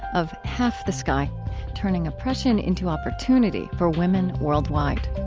of half the sky turning oppression into opportunity for women worldwide